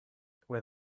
where